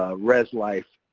ah res life,